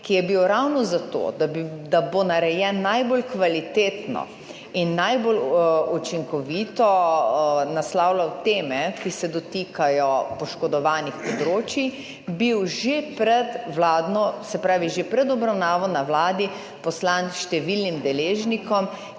ki je bil ravno zato, da bo narejen najbolj kvalitetno in najbolj učinkovito naslavljal teme, ki se dotikajo poškodovanih področij, bil že pred vladno, se pravi že pred obravnavo na Vladi poslan številnim deležnikom,